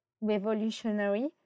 revolutionary